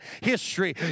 history